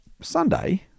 Sunday